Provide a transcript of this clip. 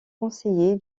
conseiller